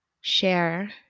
share